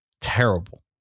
terrible